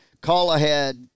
call-ahead